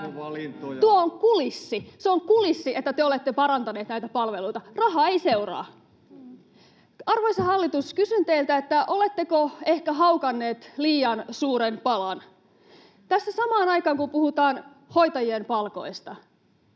Se on kulissi, että te olette parantaneet näitä palveluita. Raha ei seuraa. Arvoisa hallitus, kysyn teiltä: oletteko ehkä haukanneet liian suuren palan? Tässä samaan aikaan, kun puhutaan hoitajien palkoista